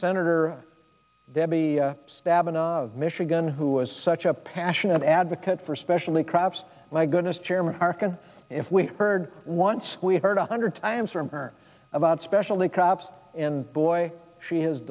senator debbie stabenow of michigan who is such a passionate advocate for especially crabs my goodness chairman harkin if we heard once we heard a hundred times from her about specialty crops and boy she